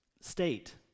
state